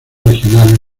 regionales